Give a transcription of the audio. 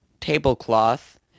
tablecloth